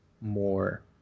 more